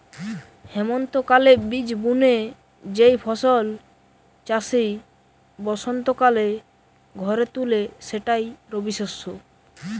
হেমন্তকালে বীজ বুনে যেই ফসল চাষি বসন্তকালে ঘরে তুলে সেটাই রবিশস্য